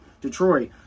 Detroit